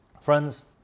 friends